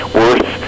worth